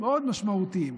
מאוד משמעותיים,